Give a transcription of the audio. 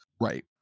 Right